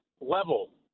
level